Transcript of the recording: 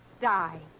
Die